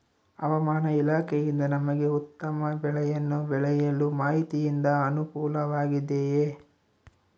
ಹವಮಾನ ಇಲಾಖೆಯಿಂದ ನಮಗೆ ಉತ್ತಮ ಬೆಳೆಯನ್ನು ಬೆಳೆಯಲು ಮಾಹಿತಿಯಿಂದ ಅನುಕೂಲವಾಗಿದೆಯೆ?